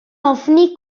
ofni